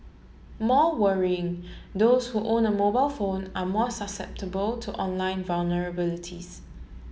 more worrying those who own a mobile phone are more susceptible to online vulnerabilities